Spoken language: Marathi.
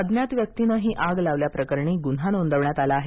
अज्ञात व्यक्तीनं ही आग लावल्याप्रकरणी गुन्हा नोंदवण्यात आला आहे